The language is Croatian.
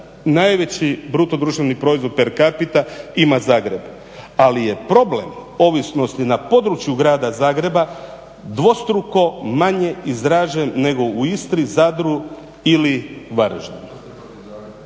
najveći bruto društveni proizvod percapita ima zagrade, ali je problem ovisnosti na području grada Zagreba dvostruko manje izražen nego u Istri, Zadru ili Varaždinu,